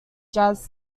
jazz